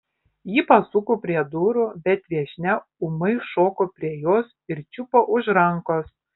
ji pasuko prie durų bet viešnia ūmai šoko prie jos ir čiupo už rankos